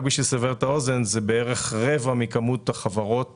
רק כדי לסבר את האוזן, זה בערך רבע מכמות החברות